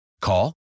Call